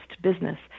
business